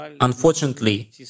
Unfortunately